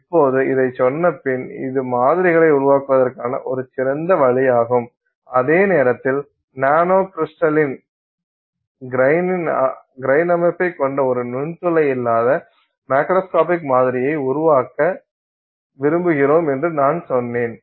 இப்போது இதைச் சொன்னபின் இது மாதிரிகளை உருவாக்குவதற்கான ஒரு சிறந்த வழியாகும் அதே நேரத்தில் நானோகிரிஸ்டலின் கிரைன் அமைப்பைக் கொண்ட ஒரு நுண்துளை இல்லாத மேக்ரோஸ்கோபிக் மாதிரியை உருவாக்க விரும்புகிறோம் என்று நான் சொன்னேன்